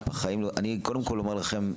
אני אומר לכם,